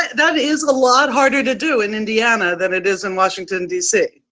that is a lot harder to do in indiana than it is in washington, d c.